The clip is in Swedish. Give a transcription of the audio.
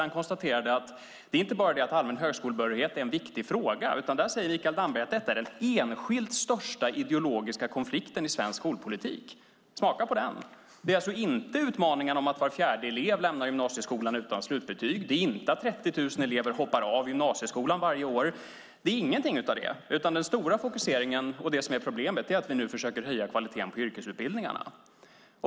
Han konstaterade att det inte bara är det att allmän högskolebehörighet är en viktig fråga, utan där säger Mikael Damberg att detta är den enskilt största ideologiska konflikten i svensk skolpolitik. Smaka på den! Det är alltså inte utmaningen att var fjärde elev lämnar gymnasieskolan utan slutbetyg. Det är inte att 30 000 elever hoppar av gymnasieskolan varje år. Det är ingenting av det, utan den stora fokuseringen och det som är problemet är att vi nu försöker höja kvaliteten på yrkesutbildningarna.